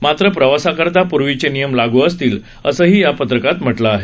मात्र प्रवासाकरता पूर्वीचे नियम लागू असतील असंही या पत्रकात म्हटलं आहे